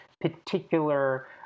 particular